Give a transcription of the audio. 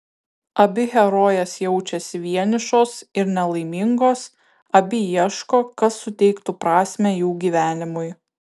abi herojės jaučiasi vienišos ir nelaimingos abi ieško kas suteiktų prasmę jų gyvenimui